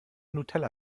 nutella